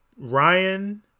ryan